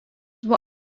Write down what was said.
buvo